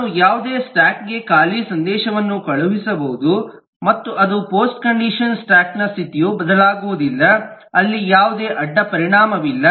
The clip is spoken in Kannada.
ನಾನು ಯಾವುದೇ ಸ್ಟಾಕ್ ಗೆ ಖಾಲಿ ಸಂದೇಶವನ್ನು ಕಳುಹಿಸಬಹುದು ಮತ್ತು ಅದು ಪೋಸ್ಟ್ ಕಂಡಿಷನ್ ಸ್ಟಾಕ್ ನ ಸ್ಥಿತಿಯು ಬದಲಾಗುವುದಿಲ್ಲ ಅಲ್ಲಿ ಯಾವುದೇ ಅಡ್ಡಪರಿಣಾಮವಿಲ್ಲ